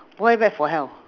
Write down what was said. why bad for health